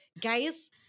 Guys